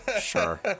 Sure